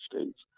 States